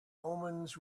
omens